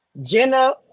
Jenna